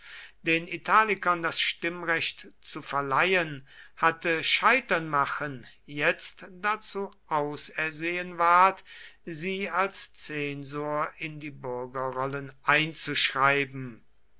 den italikern das stimmrecht zu verleihen hatte scheitern machen jetzt dazu ausersehen ward sie als zensor in die bürgerrollen einzuschreiben